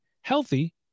healthy